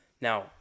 Now